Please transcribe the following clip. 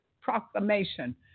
proclamation